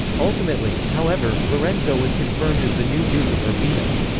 ultimately, however, lorenzo was confirmed as the new duke of urbino.